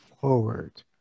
forward